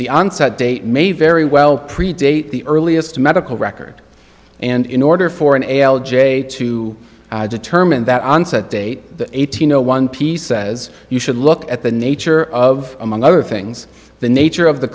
the onset date may very well predate the earliest medical record and in order for an ale j to determine that onset date eighteen zero one piece says you should look at the nature of among other things the nature of the